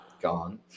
gone